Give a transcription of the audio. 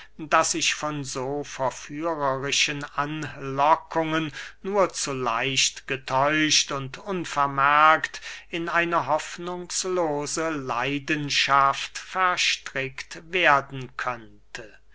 daß ich von so verführerischen anlockungen nur zu leicht getäuscht und unvermerkt in eine hoffnungslose leidenschaft verstrickt werden könnte